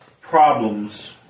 problems